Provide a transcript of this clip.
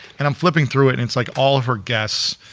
and i'm flipping through it, and it's like all of her guests,